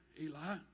Eli